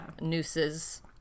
nooses